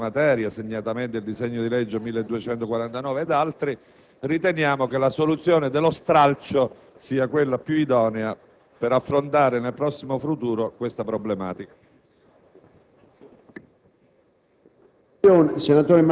di disciplina di questa materia, segnatamente il disegno di legge n. 1249 ed altri, riteniamo che la soluzione dello stralcio sia quella più idonea per affrontare nel prossimo futuro questa problematica.